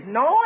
no